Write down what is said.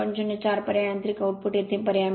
04 पर्याय आहे यांत्रिक आउटपुट येथे पर्याय